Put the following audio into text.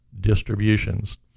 distributions